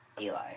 Eli